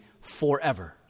forever